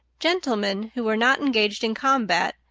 gentlemen who were not engaged in combat,